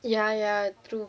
ya ya true